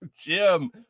Jim